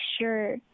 sure